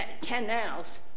canals